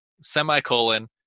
semicolon